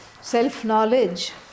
self-knowledge